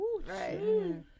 Right